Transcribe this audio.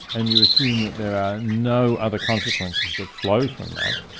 and you assume that there are no other consequences that flow from that,